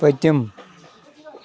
پٔتِم